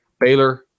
Baylor